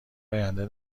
آینده